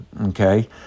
okay